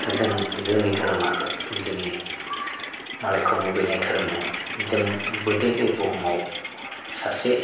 जों जोंनि धोरोमा दिनै मालायखौ मुगैनाय धोरोम नङा जोंबो दे बे बुहुमाव सासे